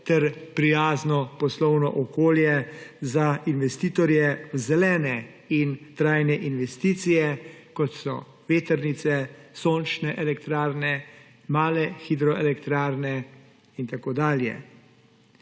ter prijazno poslovno okolje za investitorje zelene in trajne investicije, kot so vetrnice, sončne elektrarne, male hidroelektrarne in tako dalje.